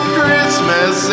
Christmas